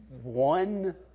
one